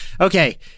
Okay